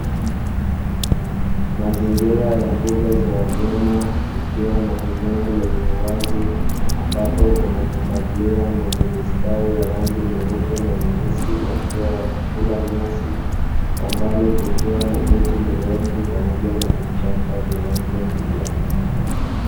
Mazingira ya mbuga za wanyama kukiwa na eneo lenye uwazi ambapo kuna pundamilia mwenye mistari ya rangi nyeupe na nyeusi wakiwa wanakula nyasi, kwa mbali kukiwa na miti mirefu pamoja na vichaka vya rangi ya kijani.